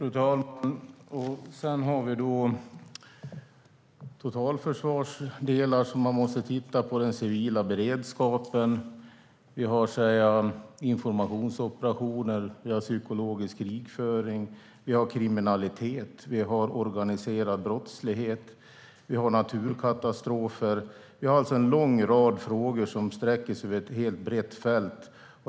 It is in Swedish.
Fru talman! Sedan har vi totalförsvarsdelar, och man måste titta på den civila beredskapen. Vi har informationsoperationer, vi har psykologisk krigföring, vi har kriminalitet, vi har organiserad brottslighet och vi har naturkatastrofer. Vi har alltså en lång rad frågor som sträcker sig över ett brett fält.